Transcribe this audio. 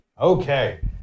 Okay